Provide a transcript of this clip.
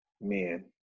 men